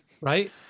Right